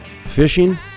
fishing